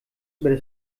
über